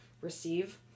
receive